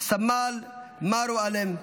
סמל מארו אלם,